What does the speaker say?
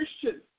Christian